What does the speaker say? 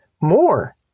more